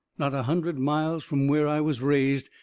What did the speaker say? not a hundred miles from where i was raised,